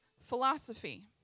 philosophy